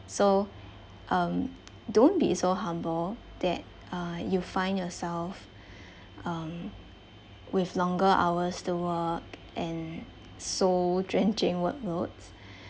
so um don't be so humble that uh you find yourself um with longer hours to work and soul drenching workloads